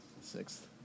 Sixth